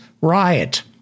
riot